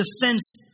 defense